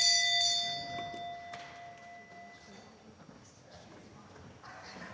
Tak.